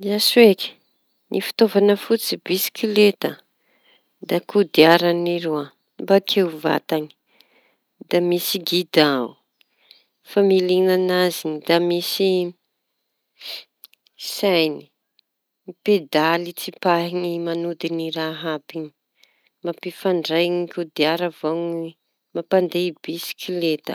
Diaso eky, ny fitaovana fototsy bisikilety da kodiara roa bakeo vatany da misy gidaô familina an'azy da misy seny, pedaly tsipahiñy manodin'azy mampifandray kodiara vao mampandeha bisikileta.